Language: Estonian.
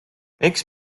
eks